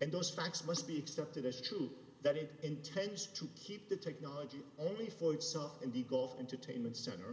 and those facts must be accepted as true that it intends to keep the technology only for itself in the gulf entertainment cent